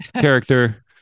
character